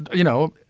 you know,